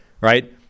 Right